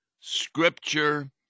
scripture